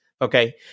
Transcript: Okay